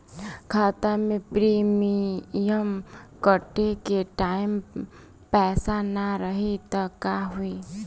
खाता मे प्रीमियम कटे के टाइम पैसा ना रही त का होई?